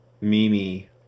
Mimi